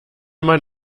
mann